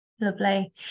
Lovely